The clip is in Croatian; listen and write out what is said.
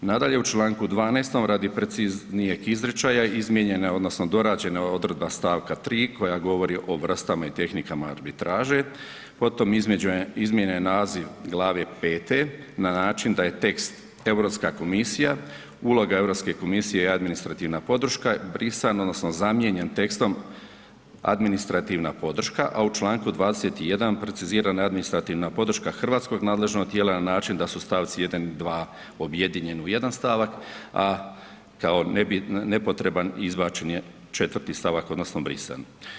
Nadalje u čl. 12. radi preciznijeg izričaja, izmijenjen je odnosno dorađena odredba st. 3 koja govori o vrstama i tehnikama arbitraže, potom izmijenjen naziv glave V. na način da je tekst EU komisija, uloga EU komisije i administrativna podrška, brisano, odnosno zamijenjen tekstom administrativna podrška, a u čl. 21. precizirana je administrativna podrška hrvatskog nadležnog tijela na način da su st. 1. i 2. objedinjeni u jedan stavak, a kao nepotreban izbačen je 4. stavak odnosno brisan.